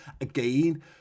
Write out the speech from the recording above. again